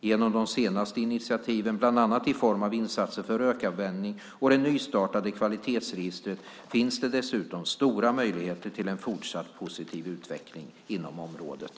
Genom de senaste initiativen, bland annat i form av insatserna för rökavvänjning och det nystartade kvalitetsregistret, finns det dessutom stora möjligheter till en fortsatt positiv utveckling inom området.